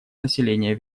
населения